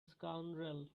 scoundrel